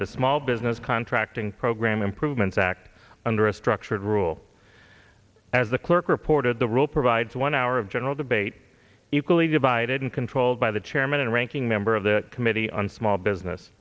the small business contracting program improvements act under a structured rule as the clerk reported the rule provides one hour of general debate equally divided and controlled by the chairman and ranking member of the committee on small business